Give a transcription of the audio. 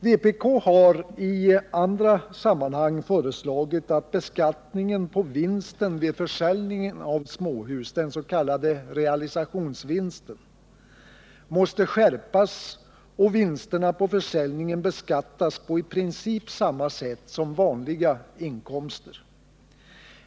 Vpk har i andra sammanhang föreslagit att beskattningen på vinsten vid försäljning av småhus — den s.k. realisationsvinsten — skall skärpas och vinsterna på försäljningen beskattas på i princip samma sätt som vanliga inkomster.